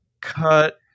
Cut